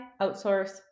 outsource